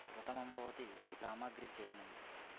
प्रथममं भवति सामग्री चयनं